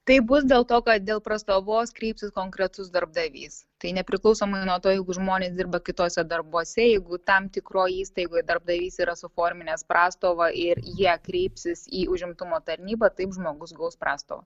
taip bus dėl to kad dėl prastovos kreipsis konkretus darbdavys tai nepriklausomai nuo to jeigu žmonės dirba kituose darbuose jeigu tam tikroj įstaigoj darbdavys yra suforminęs prastovą ir jie kreipsis į užimtumo tarnybą taip žmogus gaus prastovą